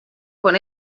quan